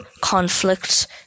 conflicts